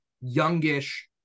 youngish